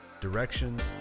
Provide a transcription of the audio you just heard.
directions